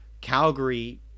Calgary